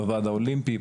בוועד האולימפי,